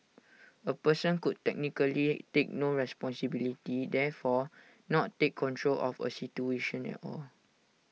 A person could technically take no responsibility therefore not take control of A situation at all